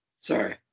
Sorry